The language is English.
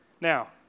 Now